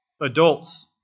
adults